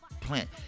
plant